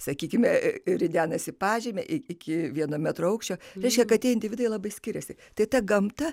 sakykime ridenasi pažeme ir iki vieno metro aukščio reiškia kad tie individai labai skiriasi tai ta gamta